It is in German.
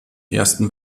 ersten